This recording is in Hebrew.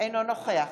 אינו נוכח